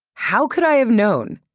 how could i have known,